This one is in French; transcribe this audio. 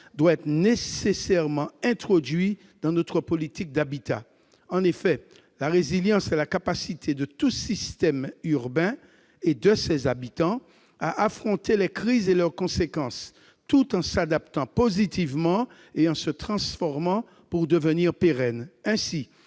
doit absolument être introduit dans notre politique de l'habitat. En effet, la résilience est la capacité de tout système urbain et de ses habitants à affronter les crises et leurs conséquences, tout en s'adaptant positivement et en se transformant pour devenir pérenne.